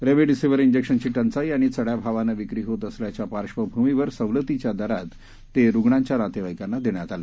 remdesivir जिक्शनची टंचाई आणि चढ्या भावानं विक्री होत असल्याच्या पार्श्वभूमीवर सवलतीच्या दराने ते रुग्णांच्या नातेवाईकांना देण्यात आलं